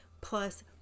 plus